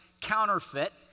counterfeit